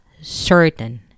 certain